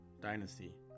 Dynasty